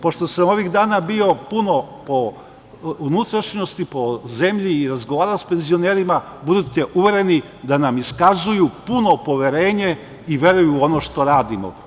Pošto sam ovih dana bio puno po unutrašnjosti, po zemlji, i razgovarao sa penzionerima budite uvereni da nam iskazuju puno poverenje i veruju u ono što radimo.